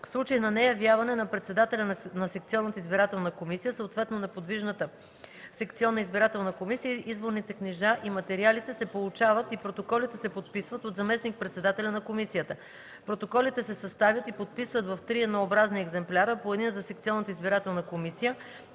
В случай на неявяване на председателя на секционната избирателна комисия, съответно на подвижната секционна избирателна комисия изборните книжа и материалите се получават и протоколите се подписват от заместник-председателя на комисията. Протоколите се съставят и подписват в три еднообразни екземпляра – по един за секционната избирателна комисия,